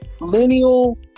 Millennial